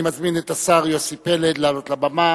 אני מזמין את השר יוסי פלד לעלות לבמה